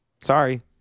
sorry